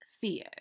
Theo